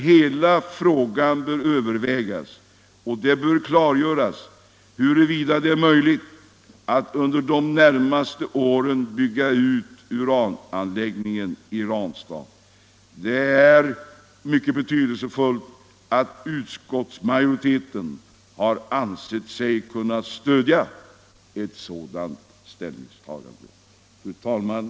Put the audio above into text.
Hela frågan bör emellertid övervägas, och det bör klargöras huruvida det är möjligt att under de närmaste åren bygga ut urananläggningen i Ranstad. Det är mycket betydelsefullt att utskottsmajoriteten har ansett sig kunna stödja ett sådant ställningstagande. Fru talman!